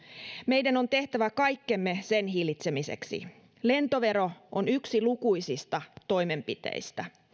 meidän on tehtävä kaikkemme sen hillitsemiseksi lentovero on yksi lukuisista toimenpiteistä